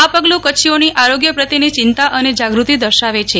આ પગલું કચ્છીઓની આરોગ્ય પ્રત્યેની ચિંતા અને જાગૃતિ દર્શાવે છે